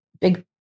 big